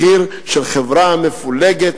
מחיר של חברה מפולגת,